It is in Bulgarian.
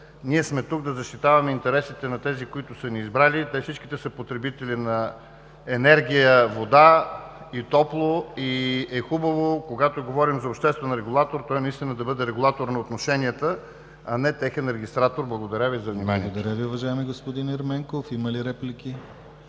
ние сме тук да защитаваме интересите на тези, които са ни избрали. Те всичките са потребители на енергия, вода и топло. Хубаво е, когато говорим за обществен регулатор, той наистина да бъде регулатор на отношенията, а не техен регистратор. Благодаря Ви за вниманието. ПРЕДСЕДАТЕЛ ДИМИТЪР ГЛАВЧЕВ: Благодаря Ви, уважаеми господин Ерменков. Има ли реплики